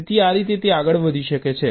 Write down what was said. તેથી આ રીતે તે આગળ વધી શકે છે